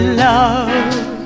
love